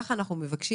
ככה אנחנו מבקשים